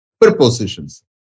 prepositions